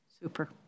Super